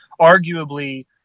arguably